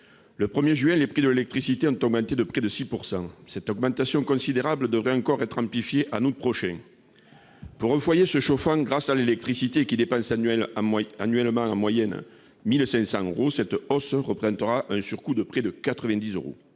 Le 1 juin, les prix de l'électricité ont augmenté de près de 6 %. Cette augmentation considérable devrait encore être amplifiée en août prochain. Pour un foyer qui se chauffe à l'électricité et dépense annuellement en moyenne 1 500 euros, cette hausse représentera un surcoût de près de 90 euros.